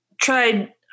tried